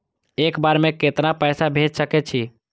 एक बार में केतना पैसा भेज सके छी?